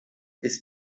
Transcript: ist